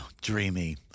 dreamy